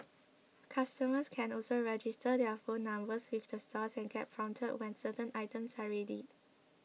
customers can also register their phone numbers with the stores and get prompted when certain items are ready